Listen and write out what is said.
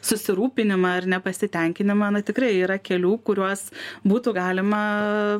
susirūpinimą ar nepasitenkinimą na tikrai yra kelių kuriuos būtų galima